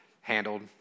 handled